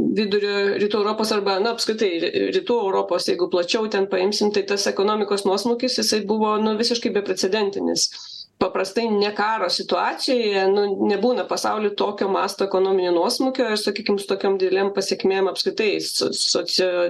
vidurio rytų europos arba na apskritai ri rytų europos jeigu plačiau ten paimsim tai tas ekonomikos nuosmukis jisai buvo nu visiškai beprecedentinis paprastai ne karo situacijoje nu nebūna pasauly tokio masto ekonominio nuosmukio ir sakykim su tokiom didelėm pasekmėm apskritai soc socia